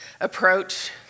approach